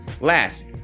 Last